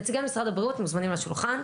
נציגי משרד הבריאות מוזמנים לשולחן.